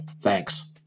Thanks